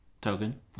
Token